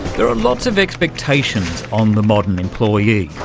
there are lots of expectations on the modern employee,